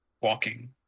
walking